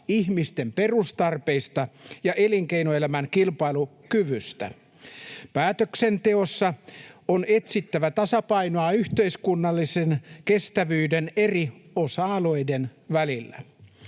ihmisten perustarpeista ja elinkeinoelämän kilpailukyvystä. Päätöksenteossa on etsittävä tasapainoa yhteiskunnallisen kestävyyden eri osa-alueiden välillä.